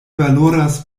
valoras